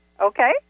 Okay